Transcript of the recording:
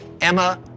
Emma